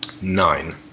Nine